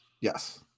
Yes